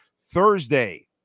Thursday